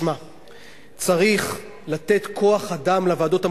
צריך לתת כוח-אדם לוועדות המחוזיות.